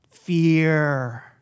fear